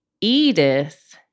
Edith